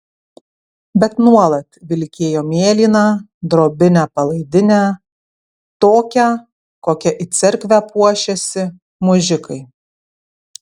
bet nuolat vilkėjo mėlyną drobinę palaidinę tokią kokia į cerkvę puošiasi mužikai